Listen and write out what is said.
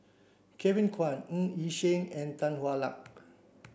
Kevin Kwan Ng Yi Sheng and Tan Hwa Luck